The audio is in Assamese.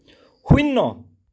শূন্য